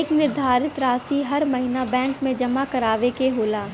एक निर्धारित रासी हर महीना बैंक मे जमा करावे के होला